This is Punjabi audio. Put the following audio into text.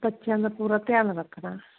ਬੱਚਿਆਂ ਦਾ ਪੂਰਾ ਧਿਆਨ ਰੱਖਣਾ